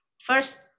first